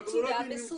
בצורה מסודרת.